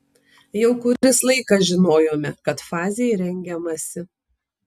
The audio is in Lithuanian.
jau kuris laikas žinojome kad fazei rengiamasi